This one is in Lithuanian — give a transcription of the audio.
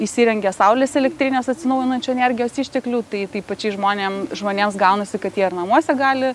įsirengia saulės elektrines atsinaujinančių energijos išteklių tai tai pačiai žmonėm žmonėms gaunasi kad jie ir namuose gali